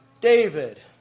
David